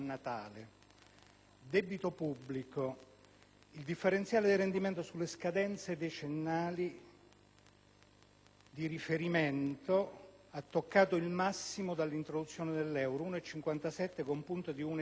Debito pubblico: il differenziale del rendimento sulle scadenze decennali di riferimento ha toccato il massimo dall'introduzione dell'euro, a 157 punti base